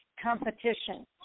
competition